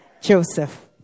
Joseph